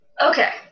Okay